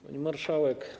Pani Marszałek!